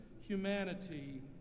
humanity